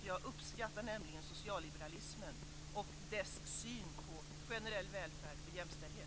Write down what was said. Jag uppskattar nämligen socialliberalismen och dess syn på generell välfärd och jämställdhet.